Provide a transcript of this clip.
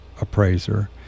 appraiser